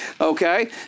okay